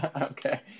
Okay